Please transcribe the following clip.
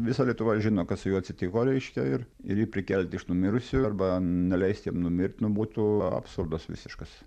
visa lietuva žino kas su juo atsitiko reiškia ir ir jį prikelti iš numirusiųjų arba neleist jam numirt nu būtų absurdas visiškas